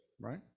right